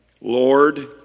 Lord